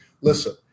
listen